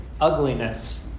ugliness